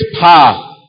power